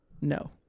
No